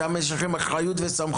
שם יש לכם אחריות וסמכות.